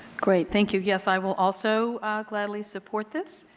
great. thank you. yes, i will also gladly support this.